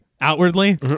outwardly